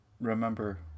remember